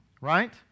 Right